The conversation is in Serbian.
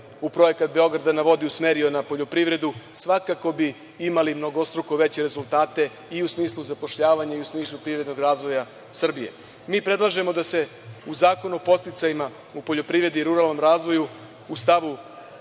u projekat „Beograd na vodi“ usmerio na privredu, svakako bi imali mnogostruko veće rezultate, i u smislu zapošljavanja i u smislu privrednog razvoja Srbije. Mi predlažemo da se u Zakonu o podsticajima u poljoprivredi i ruralnom razvoju u članu